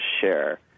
share